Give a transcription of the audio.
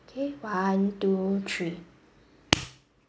K one two three